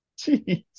Jeez